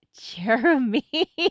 jeremy